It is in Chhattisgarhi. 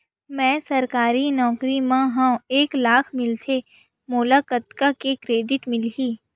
मैं सरकारी नौकरी मा हाव एक लाख मिलथे मोला कतका के क्रेडिट मिलही?